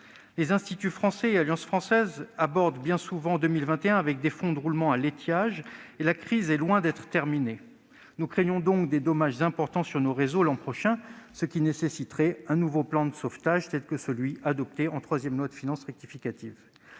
Les instituts français et alliances françaises abordent bien souvent 2021 avec des fonds de roulement à leur étiage, alors que la crise est loin d'être terminée. Nous craignons donc des dommages importants sur nos réseaux l'an prochain, ce qui nécessiterait un nouveau plan de sauvetage semblable à celui qui a été adopté en troisième loi de finances rectificative.